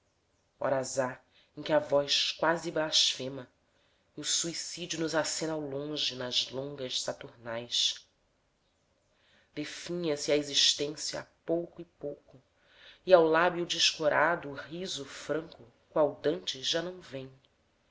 horas há em que a voz quase blasfema e o suicídio nos acena ao longe nas longas saturnais definha se a existência a pouco e pouco e ao lábio descorado o riso franco qual dantes já não vem